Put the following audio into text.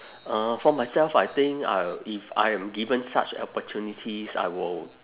uh for myself I think I'll if I'm given such opportunities I will